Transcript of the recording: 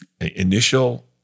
initial